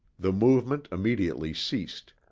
the movement immediately ceased.